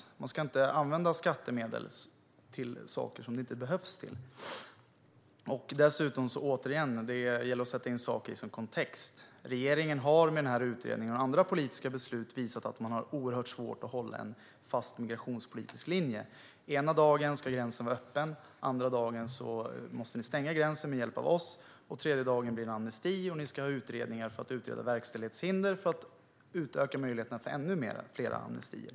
Man ska inte använda skattemedel till saker som inte behövs. Det handlar återigen om att sätta in saker i en kontext. Regeringen har med denna utredning och med andra politiska beslut visat att den har oerhört svårt att hålla en fast migrationspolitisk linje. Den ena dagen ska gränsen vara öppen. Den andra dagen måste ni stänga gränsen med hjälp av oss. Den tredje dagen blir det amnesti, och ni ska ha utredningar som utreder verkställighetshinder för att utöka möjligheterna för ännu fler amnestier.